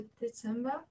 December